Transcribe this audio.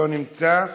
לא נמצא,